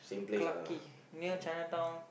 Clarke-Quay near Chinatown